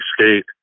skate